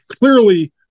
Clearly